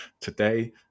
today